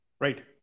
Right